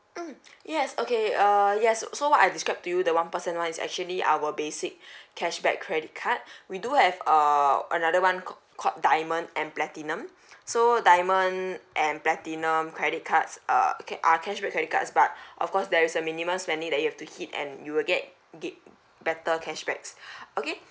mm yes okay uh yes so what I describe to you the one percent one is actually our basic cashback credit card we do have a err another one called diamond and platinum so diamond um and platinum credit cards err are cashback credit card but of course there's a minimum spending that you've to hit and you will get ge~ better cashback okay